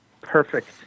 perfect